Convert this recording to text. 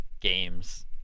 games